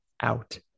out